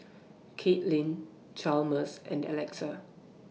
Caitlin Chalmers and Alexa